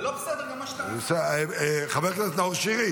זה לא בסדר גם מה שאתה --- חבר הכנסת נאור שירי,